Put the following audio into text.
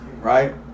Right